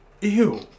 Ew